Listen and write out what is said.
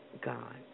God